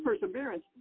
perseverance